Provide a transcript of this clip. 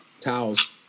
Towels